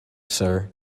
sir